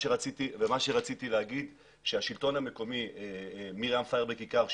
רציתי לומר שהשלטון המקומי מרים פייברג איכר,